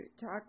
talk